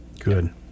good